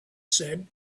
said